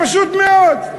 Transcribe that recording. פשוט מאוד,